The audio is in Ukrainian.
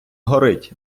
горить